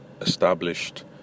established